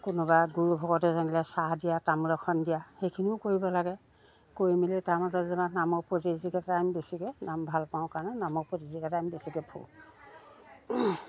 কোনোবা গুৰু ভকতে যেনিবা চাহ দিয়া তামোল এখন দিয়া সেইখিনিও কৰিব লাগে কৰি মেলি তাৰ মাজৰ যেনিবা নামৰ প্ৰতিযোগিতা টাইম বেছিকৈ নাম ভাল পাওঁ কাৰণে নামৰ প্ৰতিযোগিতাতে আমি টাইমটো বেছিকৈ কৰোঁ